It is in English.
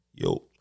Yo